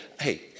Hey